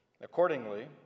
Accordingly